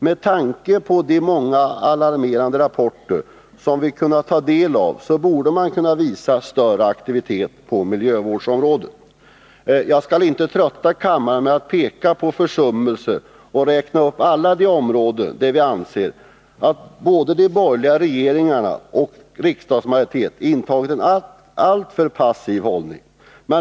Med tanke på de många alarmerande rapporter som vi kunnat ta del av borde man ha visat större aktivitet på miljövårdsområdet. Jag skall inte trötta kammaren med att peka på försummelser eller räkna upp alla områden där vi anser att både de borgerliga regeringarna och riksdagsmajoriteten intagit en alltför passiv hållning.